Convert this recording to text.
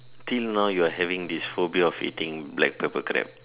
till now you are having this phobia of eating black pepper crab